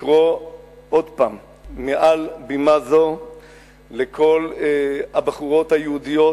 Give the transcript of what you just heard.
ולקרוא עוד פעם מעל בימה זו לכל הבחורות היהודיות